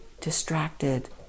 distracted